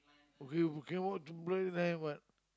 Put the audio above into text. okay okay we can walk to blue line what